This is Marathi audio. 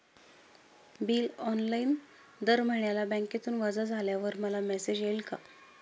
बिल ऑनलाइन दर महिन्याला बँकेतून वजा झाल्यावर मला मेसेज येईल का?